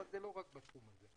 אבל זה לא רק בתחום הזה,